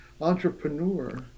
entrepreneur